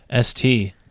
ST